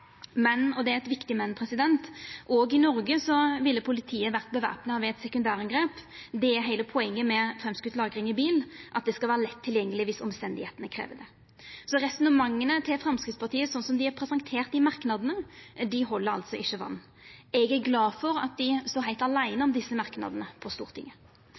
men – og det er eit viktig «men» – òg i Noreg ville politiet vore bevæpna ved eit sekundærangrep. Det er heile poenget med framskoten lagring i bil at våpenet skal vera lett tilgjengeleg dersom omstenda krev det. Så resonnementa til Framstegspartiet slik dei er presenterte i merknadene, held altså ikkje vatn. Eg er glad for at dei står heilt åleine på Stortinget